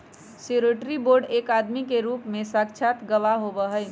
surety bond एक आदमी के रूप में साक्षात गवाह होबा हई